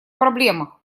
проблемах